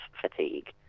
fatigue